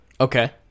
Okay